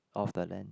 off the land